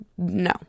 No